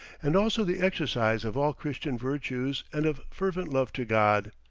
and also the exercise of all christian virtues and of fervent love to god.